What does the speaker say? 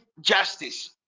justice